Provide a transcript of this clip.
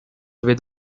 with